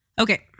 Okay